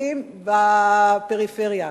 ברופאים בפריפריה.